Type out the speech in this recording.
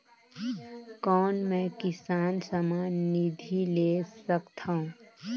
कौन मै किसान सम्मान निधि ले सकथौं?